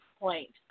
point